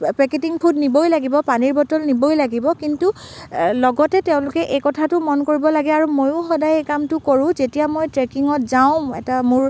packeting food নিবই লাগিব পানীৰ বটল নিবই লাগিব কিন্তু লগতে তেওঁলোকে এই কথাটো মন কৰিব লাগে আৰু ময়ো সদায় এই কামটো কৰোঁ যেতিয়া মই ট্ৰেকিঙত যাওঁ এটা মোৰ